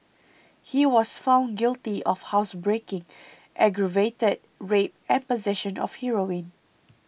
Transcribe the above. he was found guilty of housebreaking aggravated rape and possession of heroin